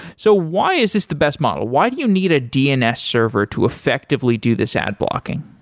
so why is this the best model? why do you need a dns server to effectively do this ad blocking?